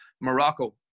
Morocco